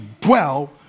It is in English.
dwell